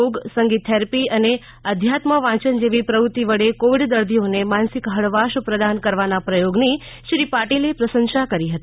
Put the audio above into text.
થોગ સંગીત થેરપી અને આધ્યાત્મ વાંચન જેવી પ્રવૃતિ વડે કોવિડ દર્દીઓને માનસિક હળવાશ પ્રદાન કરવાના પ્રયોગની શ્રી પાટિલે પ્રસંશા કરી હતી